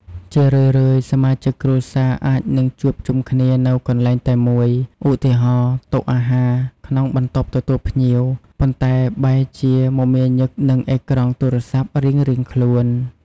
ជារឿយៗ សមាជិកគ្រួសារអាចនឹងជួបជុំគ្នានៅកន្លែងតែមួយ ឧទាហរណ៍ តុអាហារ ក្នុងបន្ទប់ទទួលភ្ញៀវ ប៉ុន្តែបែរជា មមាញឹកនឹងអេក្រង់ទូរស័ព្ទរៀងៗខ្លួន។